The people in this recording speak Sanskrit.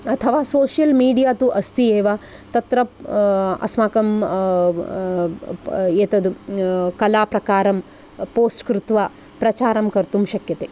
अथवा सोशियल् मीडिया तु अस्ति एव तत्र अस्माकम् एतद् कलाप्रकारं पोस्ट् कृत्वा प्रचारं कर्तुं शक्यते